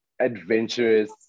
Adventurous